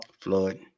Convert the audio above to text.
Floyd